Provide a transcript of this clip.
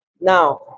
Now